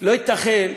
לא ייתכן,